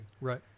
Right